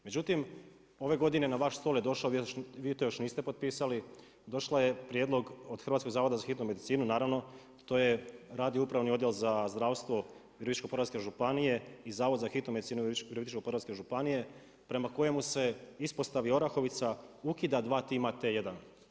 Međutim, ove godine na vaš stol je došlo, vi još to niste potpisali, došao je prijedlog od Hrvatskog zavoda za hitnu medicinu, naravno, to je radio upravni odjel za zdravstvo Virovitičke-podravske županije i Zavod za hitnu medicinu Virovitičke-podravske županije, prema kojemu se u ispostavi Orahovica ukida dva tima, T1.